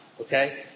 okay